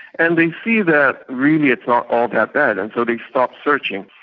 and they see that really it's not all that bad, and so they stop searching,